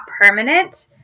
permanent